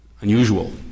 unusual